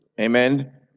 Amen